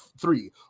three